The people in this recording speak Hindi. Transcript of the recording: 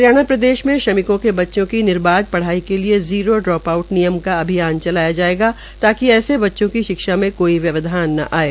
हरियाणा प्रदेश में श्रमिकों के बच्चों की निर्बाध पढ़ाई के लिए जीरो ड्रोप आउट नियम का अभियान चलाया जायेगा ताकि ऐसे बच्चों की शिक्षा में कोई व्यवधान न आये